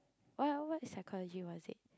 what what what psychology was it